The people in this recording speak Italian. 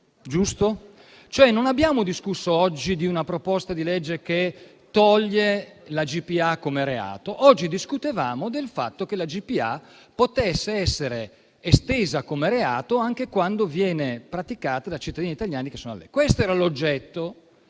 giusto? Non abbiamo discusso, oggi, di una proposta di legge che elimina la GPA come reato. Oggi discutevamo del fatto che la GPA potesse essere estesa come reato anche quando viene praticata dai cittadini italiani che sono all'estero. Questo era l'oggetto,